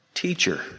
teacher